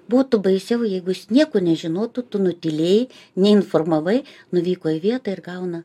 būtų baisiau jeigu jis nieko nežinotų tu nutylėjai neinformavai nuvyko į vietą ir gauna